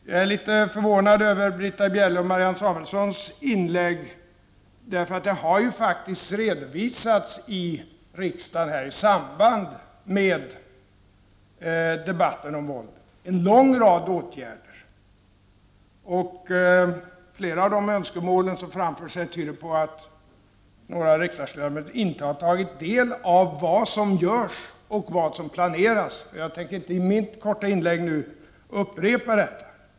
Jag är litet förvånad över Britta Bjelles och Marianne Samuelssons inlägg, eftersom en lång rad åtgärder faktiskt har redovisats här i riksdagen i samband med debatten om våldet. Flera av de önskemål som har framförts här tyder på att några riksdagsledamöter inte har tagit del av vad som görs och vad som planeras. Men jag tänker i mitt korta inlägg inte upprepa detta.